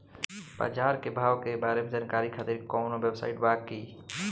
बाजार के भाव के बारे में जानकारी खातिर कवनो वेबसाइट बा की?